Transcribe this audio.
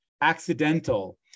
accidental